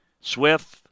Swift